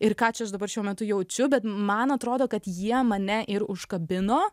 ir ką čia aš dabar šiuo metu jaučiu bet man atrodo kad jie mane ir užkabino